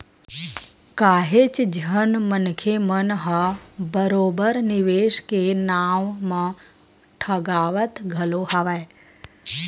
काहेच झन मनखे मन ह बरोबर निवेस के नाव म ठगावत घलो हवय